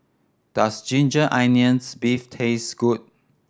does ginger onions beef taste good